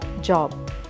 job